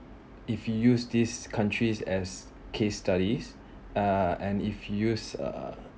if you use these countries as case studies uh and you use uh